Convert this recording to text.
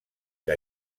que